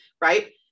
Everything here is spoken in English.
Right